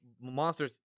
monsters